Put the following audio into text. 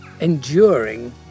enduring